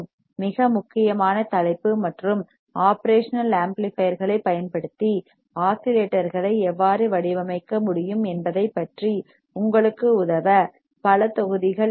மிக முக்கியமான தலைப்பு மற்றும் ஒப்ரேஷனல் ஆம்ப்ளிபையர்களைப் பயன்படுத்தி ஆஸிலேட்டர்களை எவ்வாறு வடிவமைக்க முடியும் என்பதைப் பற்றி உங்களுக்கு உதவ பல தொகுதிகள் இருக்கும்